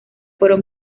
fueron